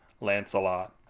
Lancelot